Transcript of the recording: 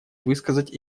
высказать